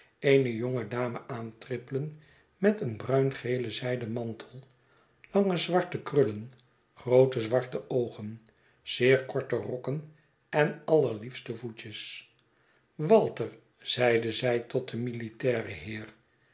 eene jonge dame aantrippelen met een bruingelen zijden mantel lange zwarte krullen groote zwarte oogen zeer korte rokken en allerliefste voetjes walter zeide zij tot den militairen heer